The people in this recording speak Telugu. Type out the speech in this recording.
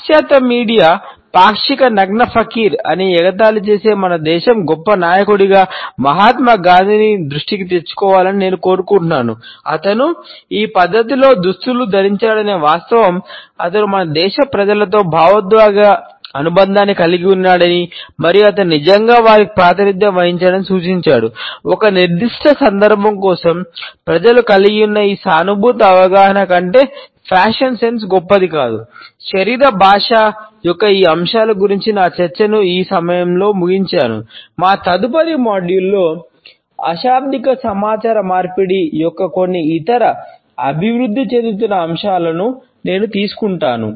పాశ్చాత్య మీడియా అశాబ్దిక సమాచార మార్పిడి యొక్క కొన్ని ఇతర అభివృద్ధి చెందుతున్న అంశాలను నేను తీసుకుంటాను